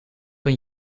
een